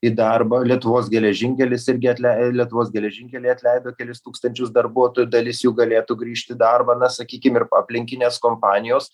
į darbą lietuvos geležinkelis irgi atleid lietuvos geležinkeliai atleido kelis tūkstančius darbuotojų dalis jų galėtų grįžt į darbą na sakykim ir aplinkinės kompanijos